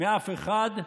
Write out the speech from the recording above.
מאף אחד,